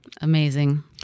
Amazing